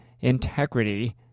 integrity